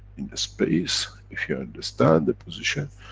in space, if you understand the position,